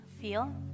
feel